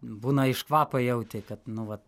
būna iš kvapą jauti kad nu va